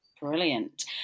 Brilliant